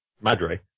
Madre